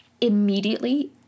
immediately